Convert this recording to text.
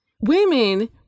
women